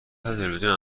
تلویزیون